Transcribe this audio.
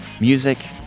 music